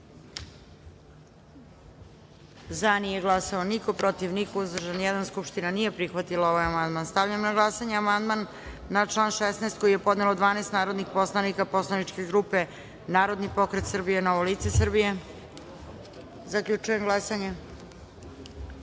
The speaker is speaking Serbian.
glasanje: za – niko, protiv – niko, uzdržan – jedan. Skupština nije prihvatila amandman. Stavljam na glasanje amandman na član 8. koji je podnelo 12 narodnih poslanika poslaničke grupe Narodni pokret Srbije – Novo lice Srbije. Zaključujem glasanje: